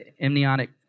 amniotic